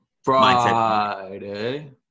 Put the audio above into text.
Friday